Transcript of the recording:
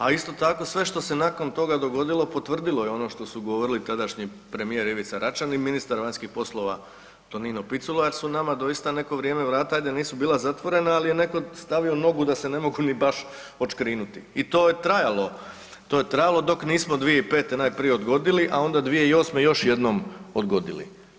A isto tako sve što se nakon toga dogodilo potvrdilo je ono što su govorili tadašnji premijer Ivica Račan i ministar vanjskih poslova Tonino Picula jer su nama doista neko vrijeme vrata, ajde nisu bila zatvorena, ali je neko stavio nogu da se ne mogu baš ni odškrinuti i to je trajalo, to je trajalo dok nismo 2005. najprije odgodili, a onda 2008. još jednom odgodili.